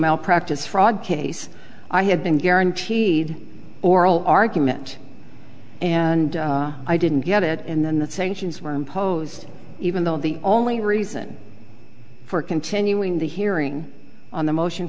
malpractise fraud case i have been guaranteed oral argument and i didn't get it and then the sanctions were imposed even though the only reason for continuing the hearing on the motion